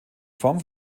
form